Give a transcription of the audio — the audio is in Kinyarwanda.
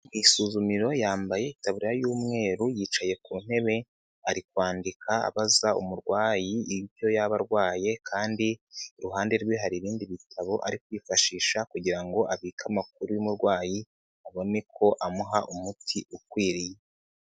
Mu isuzumiro yambaye itaburiya y'umweru yicaye ku ntebe, ari kwandika abaza umurwayi icyo yaba arwaye kandi iruhande rwe hari ibindi bitabo ari kwifashisha kugira ngo abike amakuru y'umurwayi abone uko amuha umuti ukwiriye.